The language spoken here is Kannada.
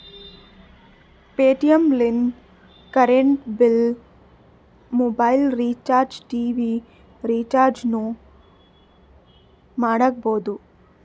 ಪೇಟಿಎಂ ಲಿಂತ current bill, mobile recharge, TV ರಿಚಾರ್ಜನೂ ಮಾಡ್ಕೋಬೋದು